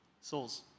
souls